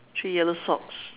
three yellow socks